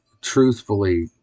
truthfully